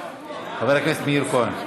חבר הכנסת מאיר כהן,